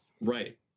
Right